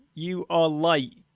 you are like,